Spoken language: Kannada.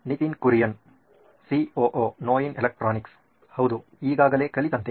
ನಿತಿನ್ ಕುರಿಯನ್ ಸಿಒಒ ನೋಯಿನ್ ಎಲೆಕ್ಟ್ರಾನಿಕ್ಸ್ ಹೌದು ಈಗಾಗಲೇ ಕಲಿತಂತೆ